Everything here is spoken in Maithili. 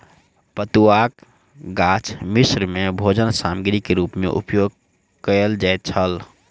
पटुआक गाछ मिस्र में भोजन सामग्री के रूप में उपयोग कयल जाइत छल